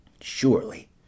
Surely